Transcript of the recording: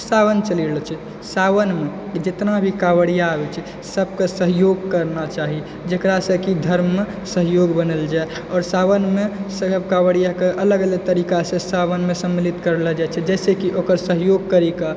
सावन चलि रहल छै सावनमे जितना भी काँवड़िया आबय छै सबके सहयोग करना चाही जकरासँ कि धर्ममे सहयोग बनल जाइ आओर सावनमे सब काँवड़ियाके अलग अलग तरीकासँ सावनमे सम्मिलित करले जाइ छै जैसँ कि ओकर सहयोग करयके